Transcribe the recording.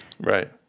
Right